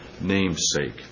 namesake